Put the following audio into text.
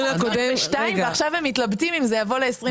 ולדימיר, למה לא עושים את הפעולות האלה?